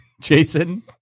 Jason